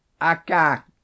Aka